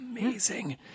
amazing